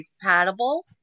compatible